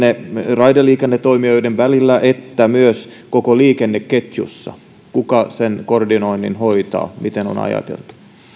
raideliikennetoimijoiden välillä että myös koko liikenneketjussa kuka sen koordinoinnin hoitaa miten on ajateltu